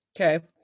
Okay